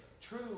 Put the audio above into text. True